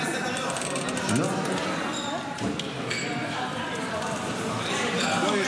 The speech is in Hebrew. של מי?